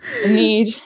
Need